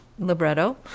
libretto